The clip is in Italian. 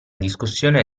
discussione